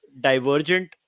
divergent